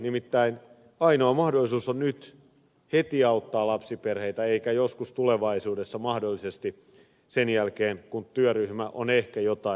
nimittäin ainoa mahdollisuus on nyt heti auttaa lapsiperheitä eikä joskus tulevaisuudessa mahdollisesti sen jälkeen kun työryhmä on ehkä jotain ehdottanut